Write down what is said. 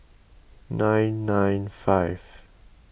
nine nine five